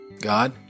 God